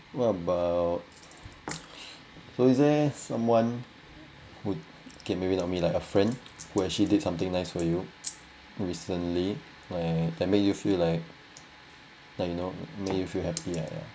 what about someone okay maybe not me like a friend who actually did something nice for you recently like that make you feel like like you know made you feel happy